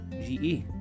GE